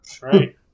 Right